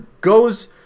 goes